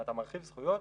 אם אתה מרחיב זכויות,